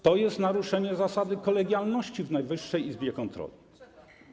To jest naruszenie zasady kolegialności w Najwyższej Izbie Kontroli.